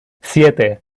siete